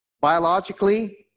Biologically